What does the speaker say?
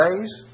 days